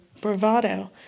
bravado